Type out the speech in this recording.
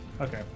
Okay